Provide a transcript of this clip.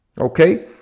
Okay